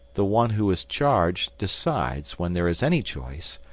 the one who has charged, decides, when there is any choice,